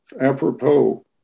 apropos